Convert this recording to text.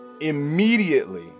immediately